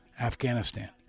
Afghanistan